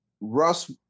Russ